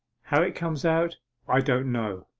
how it comes out i don't know